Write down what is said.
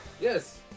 Yes